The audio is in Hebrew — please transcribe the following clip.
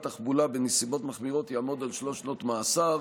תחבולה בנסיבות מחמירות יעמוד על שלוש שנות מאסר,